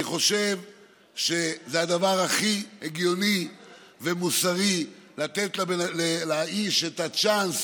אני חושב שזה הדבר הכי הגיוני ומוסרי לתת לאיש את הצ'אנס